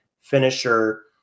finisher